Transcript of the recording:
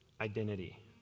identity